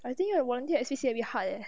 I think you volunteer at S_P_C_A a bit hard eh